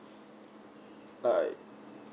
like